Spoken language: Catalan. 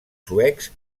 suecs